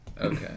Okay